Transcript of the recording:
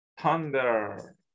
thunder